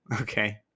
Okay